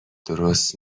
درست